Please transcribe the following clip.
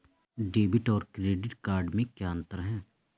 Debit और credit में क्या अंतर है?